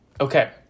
okay